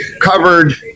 Covered